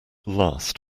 last